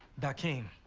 dakeem.